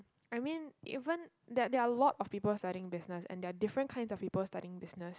I mean even there are there are a lot of people studying business and there are different kinds of people studying business